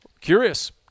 Curious